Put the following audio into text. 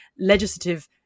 legislative